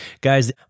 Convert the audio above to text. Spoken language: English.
guys